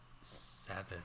seven